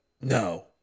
No